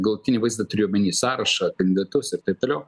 galutinį vaizdą turiu omeny sąrašą kandidatus ir taip toliau